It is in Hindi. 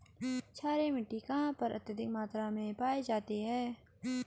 क्षारीय मिट्टी कहां पर अत्यधिक मात्रा में पाई जाती है?